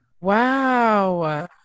Wow